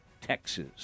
Texas